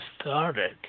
started